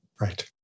Right